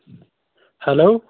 hello